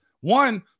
One